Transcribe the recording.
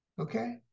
okay